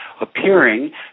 appearing